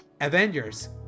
avengers